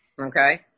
Okay